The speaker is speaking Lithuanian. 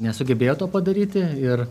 nesugebėjo to padaryti ir